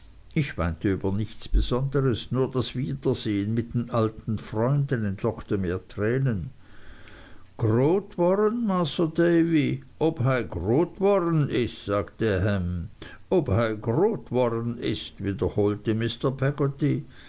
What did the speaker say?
ich weinte über nichts besonderes nur das wiedersehen mit den alten freunden entlockte mir tränen grot woren masr davy ob hej grot woren is sagte ham ob hej grot woren is wiederholte